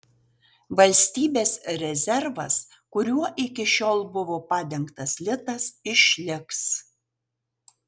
valstybės rezervas kuriuo iki šiol buvo padengtas litas išliks